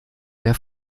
der